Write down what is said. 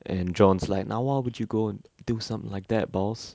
and john's like now why would you go and do something like that boss